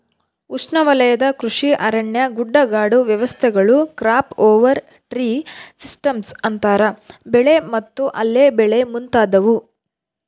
ಉಷ್ಣವಲಯದ ಕೃಷಿ ಅರಣ್ಯ ಗುಡ್ಡಗಾಡು ವ್ಯವಸ್ಥೆಗಳು ಕ್ರಾಪ್ ಓವರ್ ಟ್ರೀ ಸಿಸ್ಟಮ್ಸ್ ಅಂತರ ಬೆಳೆ ಮತ್ತು ಅಲ್ಲೆ ಬೆಳೆ ಮುಂತಾದವು